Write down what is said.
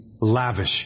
lavish